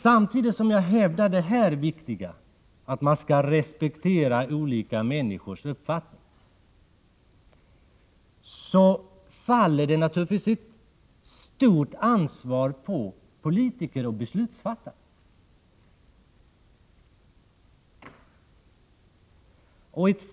Samtidigt som jag hävdar det viktiga i att man respekterar olika människors uppfattning är det naturligtvis så, att ett stort ansvar faller på politiker och beslutsfattare.